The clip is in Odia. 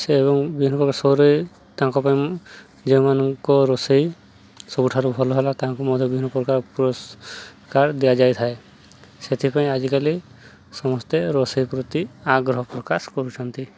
ସେ ଏବଂ ବିଭିନ୍ନ ପ୍ରକାର ଶୋରେ ତାଙ୍କ ପାଇଁ ଯେଉଁମାନଙ୍କ ରୋଷେଇ ସବୁଠାରୁ ଭଲ ହେଲା ତାଙ୍କୁ ମଧ୍ୟ ବିଭିନ୍ନ ପ୍ରକାର ପୁରସ୍କାର ଦିଆଯାଇଥାଏ ସେଥିପାଇଁ ଆଜିକାଲି ସମସ୍ତେ ରୋଷେଇ ପ୍ରତି ଆଗ୍ରହ ପ୍ରକାଶ କରୁଛନ୍ତି